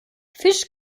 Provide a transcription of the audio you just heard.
fisch